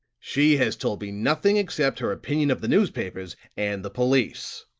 she has told me nothing except her opinion of the newspapers and the police.